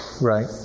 Right